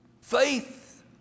Faith